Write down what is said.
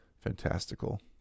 Fantastical